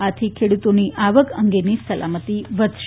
આથી ખેડૂતોની આવક અંગેની સલામતી વધશે